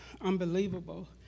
unbelievable